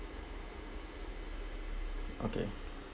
okay